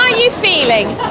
ah you feeling?